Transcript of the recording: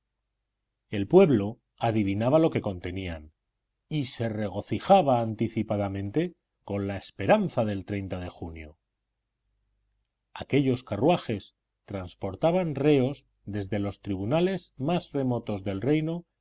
el pueblo adivinaba lo que contenían y se regocijaba anticipadamente con la esperanza del de junio aquellos carruajes transportaban reos desde los tribunales más remotos del reino a